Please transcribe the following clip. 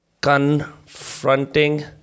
confronting